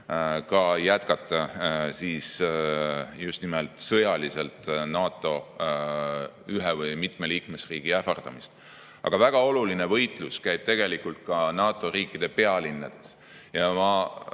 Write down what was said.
ka jätkata just nimelt sõjaliselt NATO ühe või mitme liikmesriigi ähvardamist. Aga väga oluline võitlus käib tegelikult ka NATO riikide pealinnades. Ma